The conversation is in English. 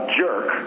jerk